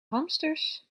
hamsters